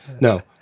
No